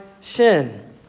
sin